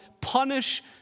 Punish